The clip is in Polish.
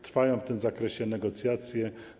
Trwają w tym zakresie negocjacje.